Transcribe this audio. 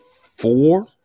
four